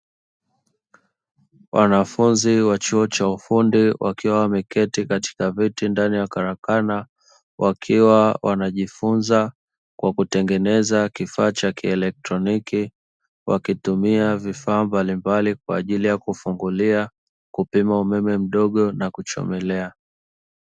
Wanafunzi wa chuo cha ufundi wakiwa wameketi katika viti ndani ya karakana wakiwa wanajifunza kwa kutengeneza kifaa cha kielektroniki wakitumia vifaa mbalimbali kwa ajili ya kufungulia kupima umeme mdogo na kuchomelea.